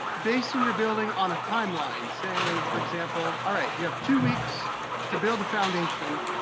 basing your building on a timeline, saying, for example, all right, you have two weeks to build a foundation.